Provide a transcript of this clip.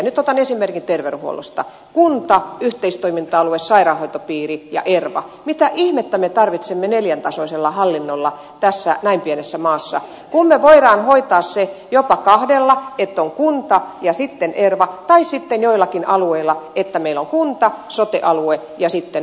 nyt otan esimerkin terveydenhuollosta kunta yhteistoiminta alue sairaanhoitopiiri ja erva mihin ihmeeseen me tarvitsemme nelitasoista hallintoa näin pienessä maassa kun me voimme hoitaa sen jopa kahdella että on kunta ja sitten erva tai sitten joillakin alueilla että meillä on kunta sote alue ja sitten erva